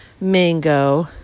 mango